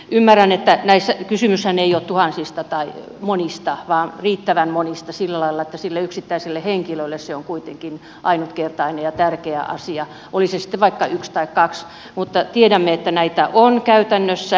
ymmärrän että kysymyshän ei ole tuhansista tai monista vaan riittävän monista sillä lailla että sille yksittäiselle henkilölle se on kuitenkin ainutkertainen ja tärkeä asia oli se sitten vaikka yksi tai kaksi mutta tiedämme että näitä on käytännössä